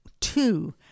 two